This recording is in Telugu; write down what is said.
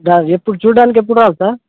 ఎప్పుడు చూడడానికి ఎప్పుడూ రావాలి సార్